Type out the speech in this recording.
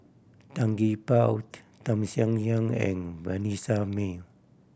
Tan Gee Paw Tham Sien Yen and Vanessa Mae